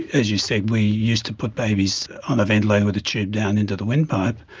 as you said, we used to put babies on a ventilator with a tube down into the windpipe.